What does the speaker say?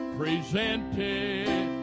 presented